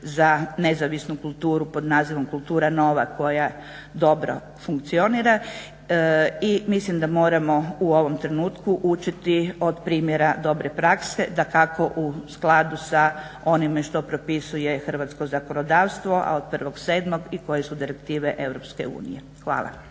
za nezavisnu kulturu pod nazivom "Kultura Nova" koja dobro funkcionira i mislim da moramo u ovom trenutku učiti od primjera dobre prakse, dakako u skladu sa onime što propisuje hrvatsko zakonodavstvo, a od 1.07. i koje su direktive EU. Hvala.